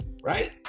right